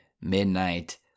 Midnight